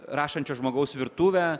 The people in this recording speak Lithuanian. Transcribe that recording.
rašančio žmogaus virtuvę